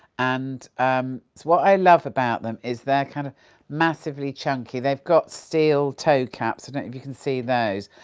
and um what i love about them is they're kind of massively chunky. they've got steel toe-caps, i don't know if you can see those,